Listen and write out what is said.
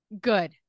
good